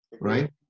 right